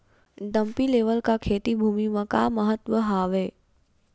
Dumpy level का खेती भुमि म का महत्व हावे?